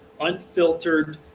unfiltered